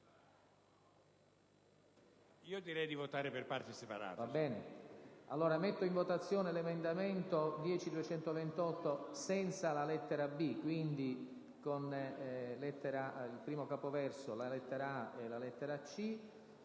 Direi di votare per parti separate.